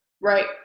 Right